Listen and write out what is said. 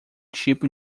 tipo